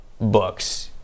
books